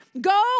go